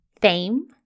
Fame